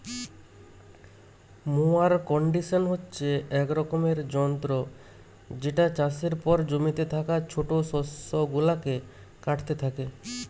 mower condition হচ্ছে এক রকমের যন্ত্র যেটা চাষের পর জমিতে থাকা ছোট শস্য গুলাকে কাটতে থাকে